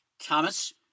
Thomas